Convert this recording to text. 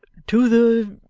to the